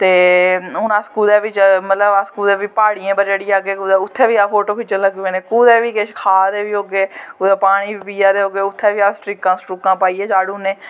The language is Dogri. ते हून अस कुदै बी मतलव कुसै बी प्हाड़ियें पर चढ़ी जागे कुतै उत्थें बी अस फोटो खिच्चन लगी पौन्ने कुतै बी कुछ करा दे बी होगै कुतै पानी बी पिया दे होगै उत्थैं बी अस सट्रिकां सट्रउकां पाईयै करी ओड़ने